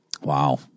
Wow